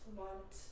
want